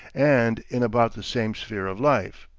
and in about the same sphere of life.